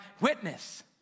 witness